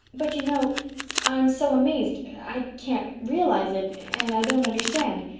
but you know i'm so amazed i can't realize it and i don't understand.